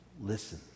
Listen